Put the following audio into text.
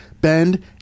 bend